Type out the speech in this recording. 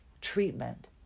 treatment